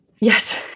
yes